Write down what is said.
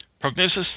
Prognosis